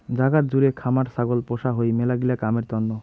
জাগাত জুড়ে খামার ছাগল পোষা হই মেলাগিলা কামের তন্ন